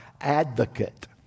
advocate